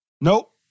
Nope